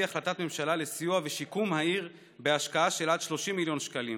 החלטת ממשלה לסיוע ולשיקום העיר בהשקעה של עד 30 מיליון שקלים.